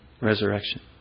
resurrection